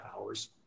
hours